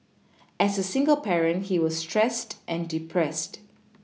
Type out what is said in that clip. as a single parent he was stressed and depressed